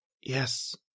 Yes